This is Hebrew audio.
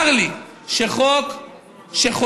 צר לי שחוק שחוצה,